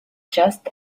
just